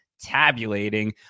tabulating